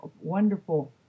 wonderful